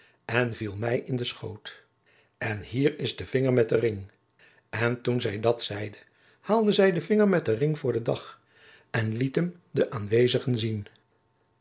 en viel mij in den schoot en hier is de vinger met den ring en toen zij dat zeide haalde zij den vinger met den ring voor den dag en liet hem de aanwezigen zien